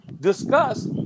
discuss